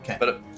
Okay